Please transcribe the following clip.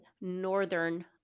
northern